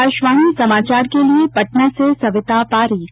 आकाशवाणी समाचार के लिए पटना से सविता पारीक